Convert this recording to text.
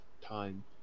time